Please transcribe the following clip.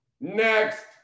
Next